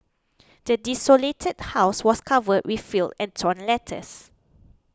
the desolated house was covered in filth and torn letters